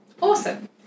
Awesome